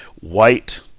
White